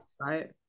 right